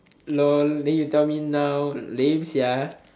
then you tell me now lame sia